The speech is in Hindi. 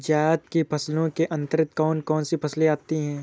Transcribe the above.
जायद की फसलों के अंतर्गत कौन कौन सी फसलें आती हैं?